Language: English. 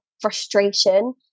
frustration